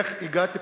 איך הגעתי?